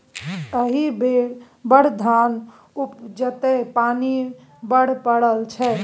एहि बेर बड़ धान उपजतै पानि बड्ड पड़ल छै